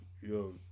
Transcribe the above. Yo